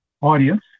audience